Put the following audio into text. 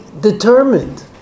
determined